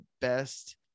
best